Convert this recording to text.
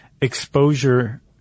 exposure